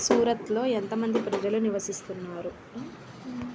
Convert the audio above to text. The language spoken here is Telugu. సూరత్లో ఎంత మంది ప్రజలు నివసిస్తున్నారు